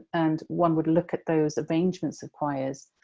and one would look at those arrangements of quires.